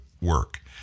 work